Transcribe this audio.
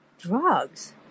Drugs